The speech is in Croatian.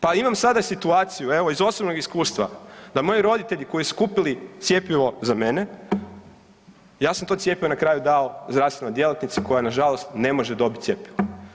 Pa imam sada situaciju, evo iz osobnog iskustva, da moji roditelji koji su kupili cjepivo za mene, ja sam to cjepivo na kraju dao zdravstvenoj djelatnici koja nažalost ne može dobiti cjepivo.